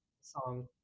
song